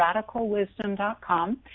RadicalWisdom.com